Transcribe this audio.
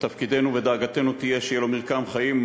ותפקידנו ודאגתנו יהיו שיהיה לו מרקם חיים.